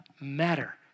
matter